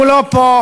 הוא לא פה,